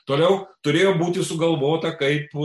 toliau turėjo būti sugalvota kaip